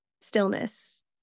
stillness